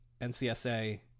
NCSA